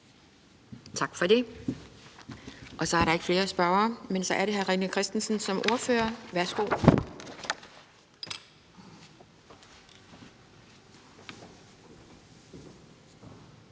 Tak for det. Så er der ikke flere spørgere, og så er det hr. René Christensen som ordfører. Værsgo.